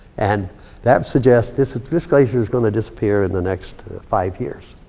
and that suggests this this glacier's gonna disappear in the next five years.